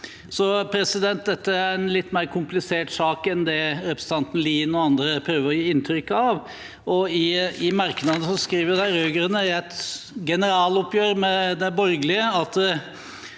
Så dette er en litt mer komplisert sak enn det representanten Lien og andre prøver å gi inntrykk av. I merknadene skriver de rød-grønne i et generaloppgjør med de borgerlige